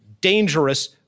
dangerous